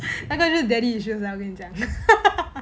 那个就 daddy issues 跟你讲